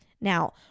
Now